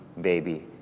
baby